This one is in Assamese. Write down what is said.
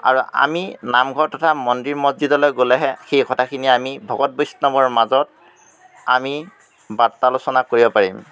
আৰু আমি নামঘৰ তথা মন্দিৰ মছজিদলৈ গ'লেহে সেই কথাখিনি আমি ভকত বৈষ্ণৱৰ মাজত আমি বাৰ্তালোচনা কৰিব পাৰিম